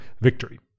victory